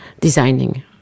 designing